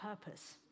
Purpose